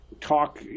talk